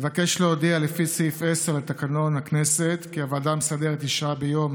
אבקש להודיע לפי סעיף 10 לתקנון הכנסת כי הוועדה המסדרת אישרה ביום